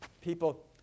People